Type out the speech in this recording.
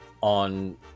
on